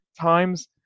times